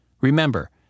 remember